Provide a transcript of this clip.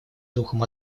духом